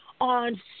on